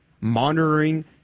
monitoring